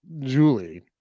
Julie